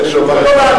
תן לי לומר,